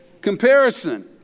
comparison